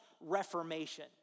Reformation